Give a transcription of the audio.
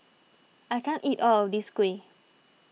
I can't eat all of this Kuih